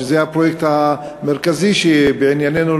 שזה הפרויקט המרכזי בענייננו,